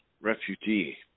Refugee